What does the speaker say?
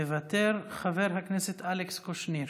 מוותר, חבר הכנסת אלכס קושניר.